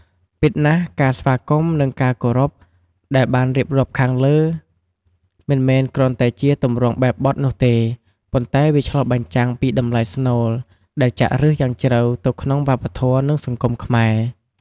ពិតណាស់ ការស្វាគមន៍ និងការគោរព ដែលបានរៀបរាប់ខាងលើមិនមែនគ្រាន់តែជា ទម្រង់បែបបទនោះទេ ប៉ុន្តែវាឆ្លុះបញ្ចាំងពីតម្លៃស្នូលដែលចាក់ឫសយ៉ាងជ្រៅទៅក្នុងវប្បធម៌ និងសង្គមខ្មែរ។